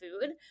food